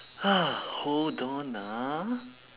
hold on ah